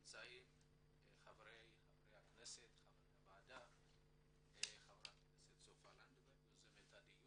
נמצאים כאן חברי הכנסת חברי הוועדה סופה לנדבר יוזמת הדיון,